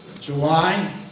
July